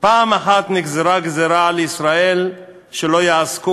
"פעם אחת נגזרה גזירה על ישראל שלא יעסקו